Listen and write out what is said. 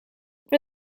for